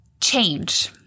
change